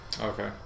Okay